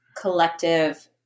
collective